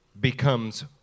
becomes